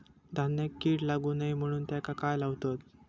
धान्यांका कीड लागू नये म्हणून त्याका काय लावतत?